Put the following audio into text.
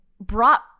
brought